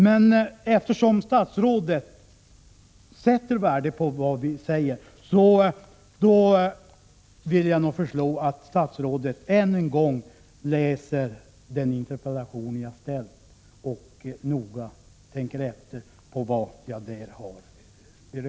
Men eftersom statsrådet sätter värde på vad vi säger, vill jag föreslå att statsrådet än en gång läser den interpellation jag framställt och noga tänker på det som jag där berört.